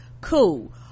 cool